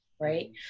right